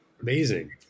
Amazing